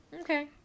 Okay